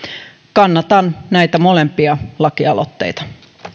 kannatan näitä molempia lakialoitteita arvoisa